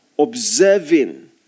observing